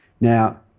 Now